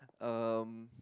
um